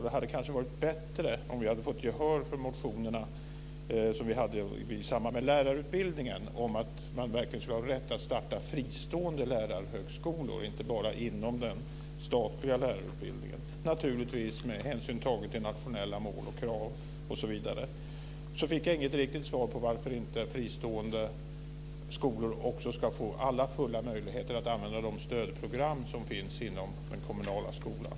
Det hade kanske varit bättre om vi hade fått gehör för de motioner som vi väckte i samband med frågan om lärarutbildningen om att man verkligen ska ha rätt att starta fristående lärarhögskolor, inte bara inom den statliga lärarutbildningen, naturligtvis med hänsyn tagen till nationella mål, krav osv. Jag fick inget riktigt svar på varför inte också fristående skolor ska få fulla möjligheter att använda de stödprogram som finns inom den kommunala skolan.